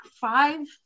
five